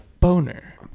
boner